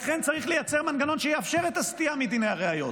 לכן צריך לייצר מנגנון שיאפשר את הסטייה מדיני הראיות.